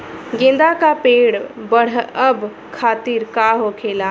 गेंदा का पेड़ बढ़अब खातिर का होखेला?